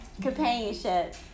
companionship